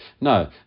No